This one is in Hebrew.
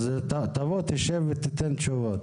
אז תבוא, תשב ותיתן תשובות.